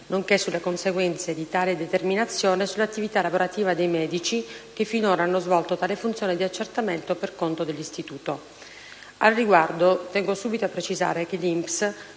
nonché sulle conseguenze di tale determinazione sull'attività lavorativa dei medici che finora hanno svolto tale funzione di accertamento per conto dell'istituto.